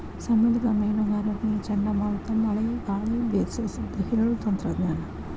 ಸಮುದ್ರದ ಮೇನುಗಾರರಿಗೆ ಚಂಡಮಾರುತ ಮಳೆ ಗಾಳಿ ಬೇಸು ಸುದ್ದಿ ಹೇಳು ತಂತ್ರಜ್ಞಾನ